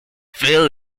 feel